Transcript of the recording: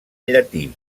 llatí